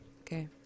Okay